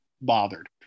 bothered